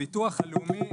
הביטוח הלאומי,